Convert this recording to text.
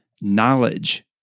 knowledge